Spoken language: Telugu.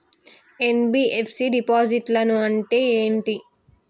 ఎన్.బి.ఎఫ్.సి డిపాజిట్లను అంటే ఏంటి?